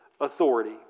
authority